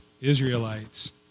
Israelites